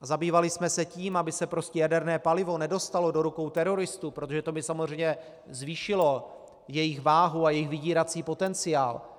Zabývali jsme se tím, aby se jaderné palivo nedostalo do rukou teroristů, protože to by samozřejmě zvýšilo jejich váhu a jejich vydírací potenciál.